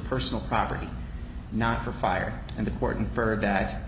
personal property not for fire and important for that